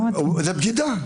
זאת בגידה.